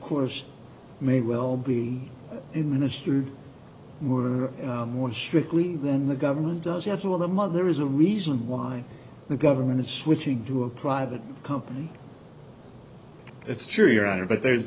course may well be in ministry more more strictly than the government does as well the mother is a reason why the government is switching to a private company it's true your honor but there's